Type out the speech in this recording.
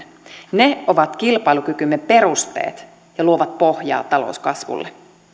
ne ovat kilpailukykymme perusteet ja luovat pohjaa talouskasvulle